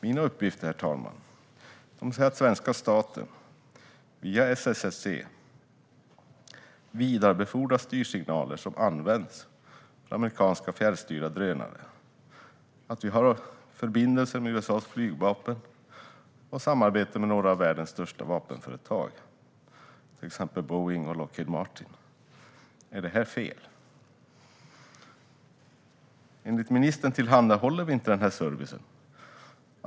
Mina uppgifter, herr talman, säger att svenska staten via SSC vidarebefordrar styrsignaler som används för amerikanska fjärrstyrda drönare och att vi har förbindelse med USA:s flygvapen och samarbete med några av världens största vapenföretag, till exempel Boeing och Lockheed Martin. Är detta fel? Enligt ministern tillhandahåller vi inte den här servicen.